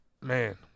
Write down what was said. Man